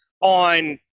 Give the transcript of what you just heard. on